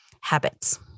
habits